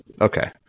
Okay